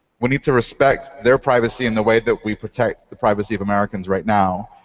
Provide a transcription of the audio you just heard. we need to respect their privacy in the way that we protect the privacy of americans right now.